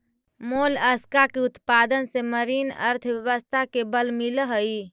Mollusca के उत्पादन से मरीन अर्थव्यवस्था के बल मिलऽ हई